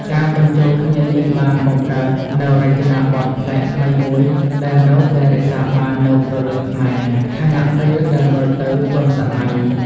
ការបញ្ចូលគ្នានេះបានបង្កើតនូវរចនាបថប្លែកថ្មីមួយដែលនៅតែរក្សាបាននូវព្រលឹងខ្មែរ ខណៈពេលដែលមើលទៅទាន់សម័យ។